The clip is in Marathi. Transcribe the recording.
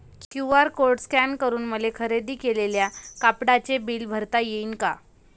क्यू.आर कोड स्कॅन करून मले खरेदी केलेल्या कापडाचे बिल भरता यीन का?